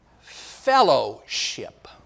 fellowship